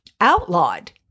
outlawed